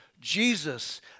Jesus